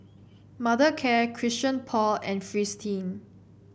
Mothercare Christian Paul and Fristine